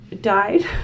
died